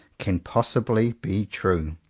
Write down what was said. can possibly be true.